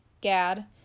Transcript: Gad